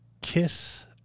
kiss